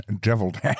deviled